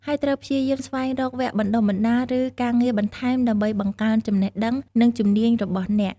ហើយត្រូវព្យាយាមស្វែងរកវគ្គបណ្តុះបណ្តាល ឬការងារបន្ថែមដើម្បីបង្កើនចំណេះដឹង និងជំនាញរបស់អ្នក។